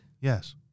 Yes